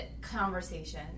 conversation